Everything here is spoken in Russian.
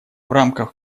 рамках